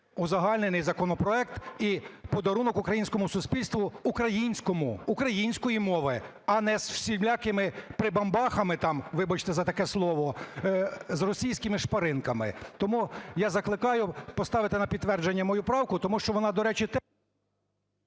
узагальнений законопроект, і подарунок українському суспільству – українському! – української мови, а не зі всілякими прибамбахами там, вибачте за таке слово, з російськими шпаринками. Тому я закликаю поставити на підтвердження мою правку, тому що вона, до речі…